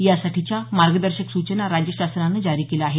यासाठीच्या मार्गदर्शक सूचना राज्य शासनानं जारी केल्या आहेत